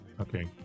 Okay